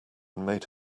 made